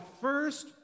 first